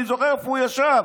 אני זוכר איפה הוא ישב,